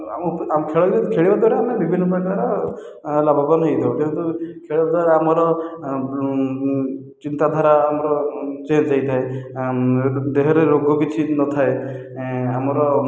ଆମ ଖେଳରେ ଖେଳିବା ଦ୍ୱାରା ବିଭିନ୍ନ ପ୍ରକାରର ଲାଭବାନ ହୋଇଥାଉ ଯେହେତୁ ଖେଳ ଦ୍ୱାରା ଆମର ଚିନ୍ତାଧାରା ଆମର ଚେଞ୍ଜ ହୋଇଥାଏ ଦେହରେ ରୋଗ କିଛି ନଥାଏ ଆମର